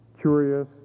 curious